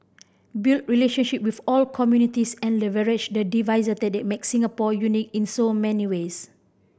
build relationship with all communities and leverage the diversity that makes Singapore unique in so many ways